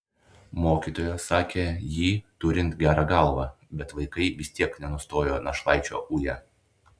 mokytojas sakė jį turint gerą galvą bet vaikai vis tiek nenustojo našlaičio uję